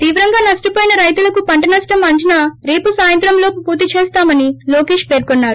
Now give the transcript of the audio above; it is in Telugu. తీవ్రంగా నష్షనోయిన రైతులకు పంట నష్షం అంచనా రేపు సాయంత్రం లోపు పూర్తి చేస్తామని లోకేష్ పేర్కొన్నారు